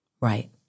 Right